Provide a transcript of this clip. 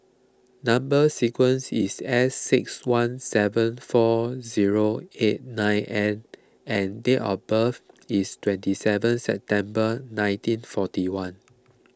Number Sequence is S six one seven four zero eight nine N and date of birth is twenty seven September nineteen forty one